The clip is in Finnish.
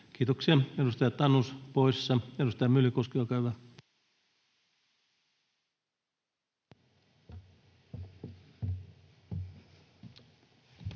Kiitoksia. — Edustaja Tanus poissa. — Edustaja Myllykoski, olkaa hyvä.